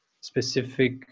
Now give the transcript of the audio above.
specific